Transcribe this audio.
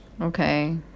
Okay